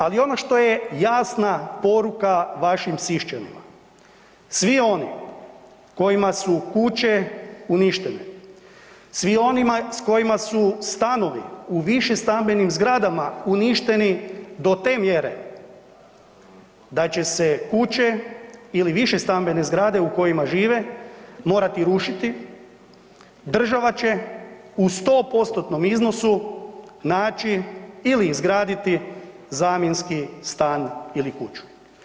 Ali ono što je jasna poruka vašim Siščanima, svi oni kojima su kuće uništene, svi onima s kojima su stanovi u višestambenim zgradama uništeni do te mjere da će se kuće ili višestambene zgrade u kojima žive morati rušiti, država će u 100%-tonom iznosu naći ili izgraditi zamjenski stan ili kuću.